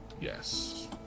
Yes